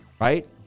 right